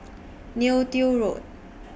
Neo Tiew Road